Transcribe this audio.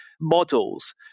models